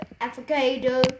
avocado